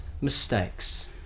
mistakes